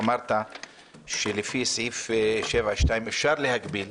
אמרת שלפי סעיף 7(2) אפשר להגביל.